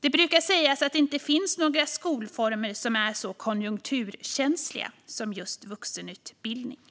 Det brukar sägas att det inte finns någon skolform som är så konjunkturkänslig som just vuxenutbildningen.